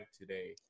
today